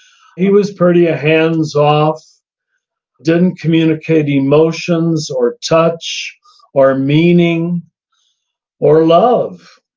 he was pretty ah hands-off, didn't communicate emotions or touch or meaning or love.